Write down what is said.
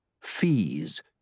fees